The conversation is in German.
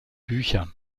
büchern